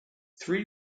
three